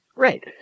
Right